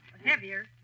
Heavier